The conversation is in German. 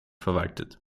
verwaltet